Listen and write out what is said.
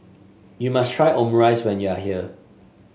you must try Omurice when you are here